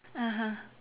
(uh huh)